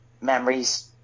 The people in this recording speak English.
memories